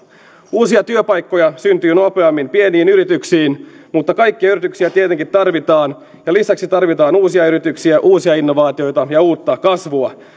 uusia työpaikkoja syntyy nopeammin pieniin yrityksiin mutta kaikkia yrityksiä tietenkin tarvitaan ja lisäksi tarvitaan uusia yrityksiä uusia innovaatioita ja uutta kasvua